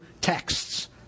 texts